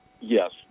yes